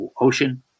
ocean